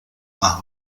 más